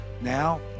Now